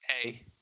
Hey